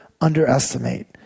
underestimate